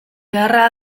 beharra